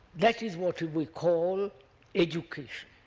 that is what we call education.